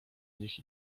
nich